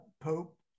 Pope